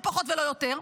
לא פחות ולא יותר.